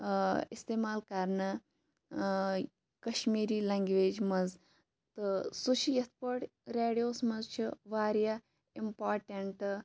اِستعمال کَرنہٕ کَشمیٖری لینٛگویج مَنٛز تہٕ سُہ چھُ یتھ پٲٹھۍ ریڈیووَس مَنٛز چھُ واریاہ اِمپاٹیٚنٹ